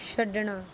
ਛੱਡਣਾ